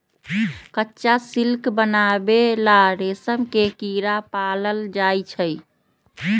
कच्चा सिल्क बनावे ला रेशम के कीड़ा पालल जाई छई